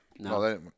No